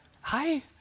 Hi